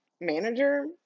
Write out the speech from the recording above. manager